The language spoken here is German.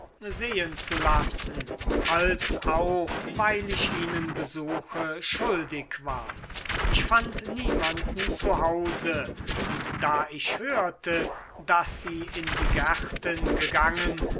sehen zu lassen als auch weil ich ihnen besuche schuldig war ich fand niemanden zu hause und da ich hörte daß sie in die gärten gegangen